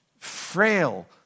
Frail